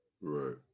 Right